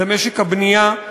זה משק הבנייה,